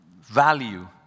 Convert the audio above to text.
value